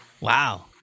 wow